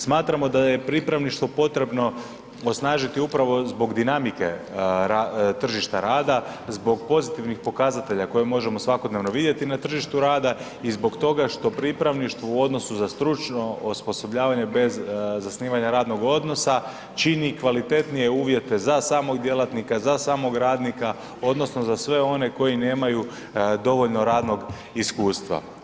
Smatramo da je pripravništvo potrebno osnažiti upravo zbog dinamike tržišta rada, zbog pozitivnih pokazatelja koje možemo svakodnevno vidjeti na tržištu rada i zbog toga što pripravništvo u odnosu za stručno osposobljavanje bez zasnivanja radnog odnosa čini kvalitetnije uvjete za samog djelatnika, za samog radnika, odnosno za sve one koji nemaju dovoljno radnog iskustva.